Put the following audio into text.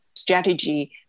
strategy